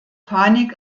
panik